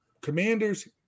commander's